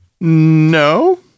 No